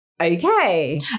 Okay